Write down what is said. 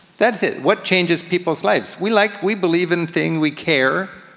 that's it, what changes people's lives? we like we believe in thing, we care.